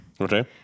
Okay